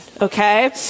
okay